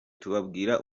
tubabwira